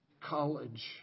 College